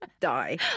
die